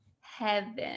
heaven